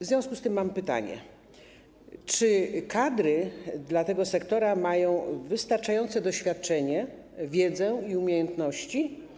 W związku z tym mam pytanie: Czy kadry tego sektora mają wystarczające doświadczenie, wiedzę i umiejętności?